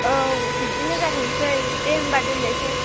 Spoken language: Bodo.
औ बिदिनो जाथोंसै दे होमबा दोननायसै